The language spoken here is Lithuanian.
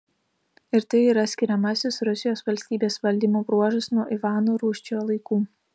ir tai yra skiriamasis rusijos valstybės valdymo bruožas nuo ivano rūsčiojo laikų